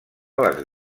les